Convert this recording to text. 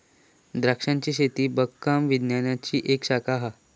द्रांक्षांची शेती बागकाम विज्ञानाची एक शाखा हा